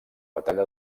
batalla